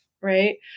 right